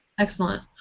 excellent.